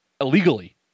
illegally